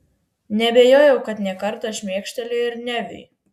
neabejojau kad ne kartą šmėkštelėjo ir neviui